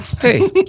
hey